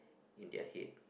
in their head